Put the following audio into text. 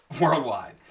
worldwide